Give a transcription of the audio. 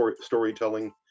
storytelling